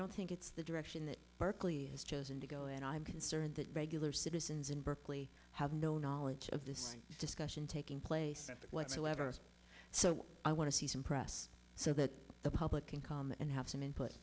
don't think it's the direction that berkeley has chosen to go and i'm concerned that regular citizens in berkeley have no knowledge of this discussion taking place at that whatsoever so i want to see some press so that the public can come and have some input